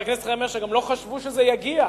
הם גם לא חשבו שזה יגיע,